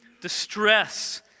distress